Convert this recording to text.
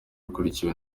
akurikiwe